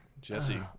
Jesse